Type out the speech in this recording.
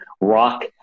rock